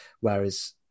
Whereas